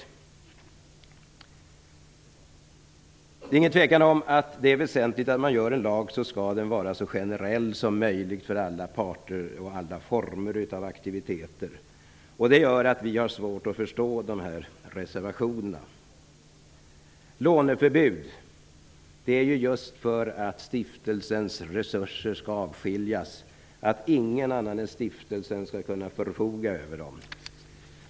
Det råder ingen tvekan om att det är väsentligt att en lag görs så generell som möjligt för alla parter och alla former av aktiviteter. Det gör att vi har svårt att förstå de reservationer som fogats till betänkandet. Låneförbudet är till för att avskilja stiftelsens resurser så att ingen annan än stiftelsen skall kunna förfoga över dem.